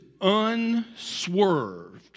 unswerved